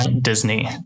Disney